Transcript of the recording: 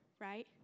right